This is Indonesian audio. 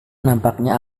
nampaknya